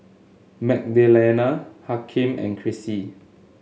Magdalena Hakeem and Chrissie